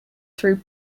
through